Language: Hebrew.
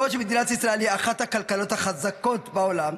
בעוד מדינת ישראל היא אחת הכלכלות החזקות בעולם,